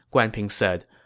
guan ping said.